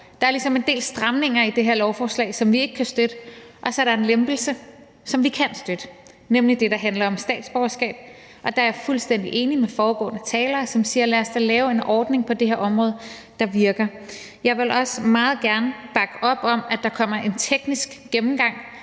Der er ligesom en del stramninger i det her lovforslag, som vi ikke kan støtte, og så er der en lempelse, som vi kan støtte, nemlig det, der handler om statsborgerskab. Og der er jeg fuldstændig enig med de foregående talere, som siger: Lad os da lave en ordning på det her område, der virker. Jeg vil også meget gerne bakke op om, at der kommer en teknisk gennemgang,